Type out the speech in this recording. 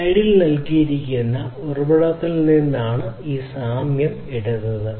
സ്ലൈഡിൽ നൽകിയിരിക്കുന്ന ഉറവിടത്തിൽ നിന്നാണ് ഈ സാമ്യം എടുത്തത്